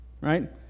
right